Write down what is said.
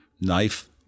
knife